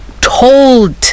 told